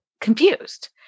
confused